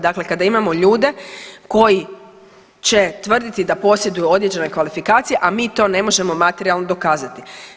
Dakle, kada imamo ljude koji će tvrditi da posjeduju određene kvalifikacije, a mi to ne možemo materijalno dokazati.